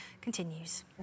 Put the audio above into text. continues